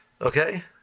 Okay